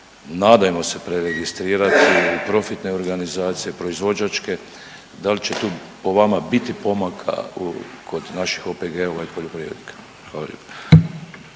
nadajmo se, preregistrirati i profitne organizacije, proizvođačke, da li će tu po vama biti pomaka u, kod naših OPG-ova i poljoprivrednika? Hvala lijepo.